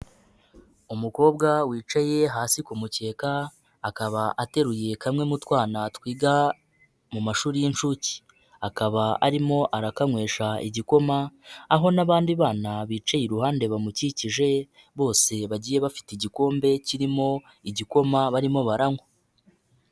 Umukobwa wicaye hasi ku mukeka akaba ateruye kamwe mu twana twiga mu mashuri y'incuke, akaba arimo arakanywesha igikoma, aho n'abandi bana bicaye iruhande bamukikije bose bagiye bafite igikombe kirimo igikoma barimo baranywa.